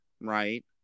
right